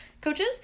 coaches